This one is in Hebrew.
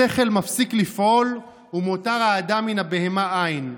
השכל מפסיק לפעול ומותר האדם מן הבהמה אין.